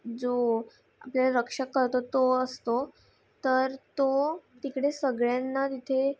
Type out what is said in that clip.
जो आपल्याला रक्षक करतो तो असतो तर तो तिकडे सगळ्यांना तिथे